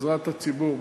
בעזרת הציבור,